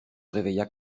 réveilla